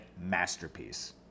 masterpiece